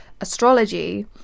astrology